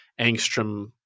Angstrom